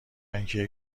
اینکه